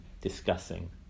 discussing